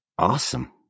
Awesome